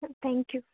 thank you